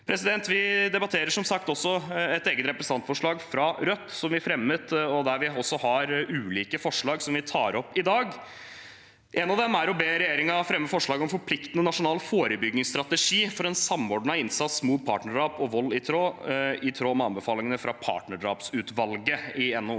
Vi debatterer som sagt også et eget representantforslag fra Rødt, som vi har fremmet, der vi har ulike forslag, som jeg tar opp i dag. Et av dem er å be regjeringen fremme forslag om en forpliktende nasjonal forebyggingsstrategi for en samordnet innsats mot partnerdrap og vold, i tråd med anbefalingene fra partnerdrapsutvalget i NOU